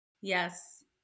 Yes